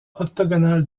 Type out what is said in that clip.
octogonale